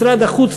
משרד החוץ,